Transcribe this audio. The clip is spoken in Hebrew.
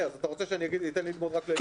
אז אתה רוצה שאני אתן ללמוד רק ליישובים ---?